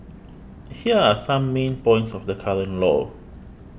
here are some main points of the current law